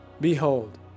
Behold